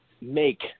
make